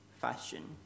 fashion